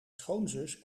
schoonzus